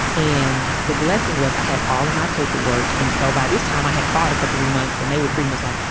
and the blessing was i had all of my paperwork in. so by this time i had fought for three months and they were pretty much like,